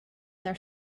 their